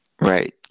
right